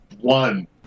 One